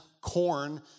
corn